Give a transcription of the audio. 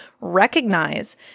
Recognize